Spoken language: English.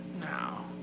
now